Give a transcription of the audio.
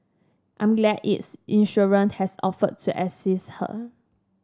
I'm glad its insurer has offered to assist her